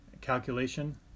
calculation